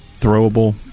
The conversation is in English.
throwable